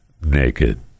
naked